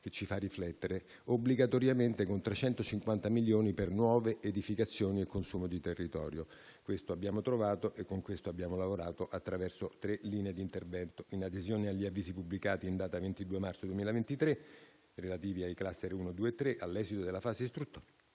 che ci fa riflettere - obbligatoriamente con 350 milioni per nuove edificazioni e consumo di territorio. Questo abbiamo trovato e con questo abbiamo lavorato attraverso tre linee di intervento. In adesione agli avvisi pubblicati in data 22 marzo 2023, relativi ai *cluster* 1, 2 e 3, all'esito della fase istruttoria,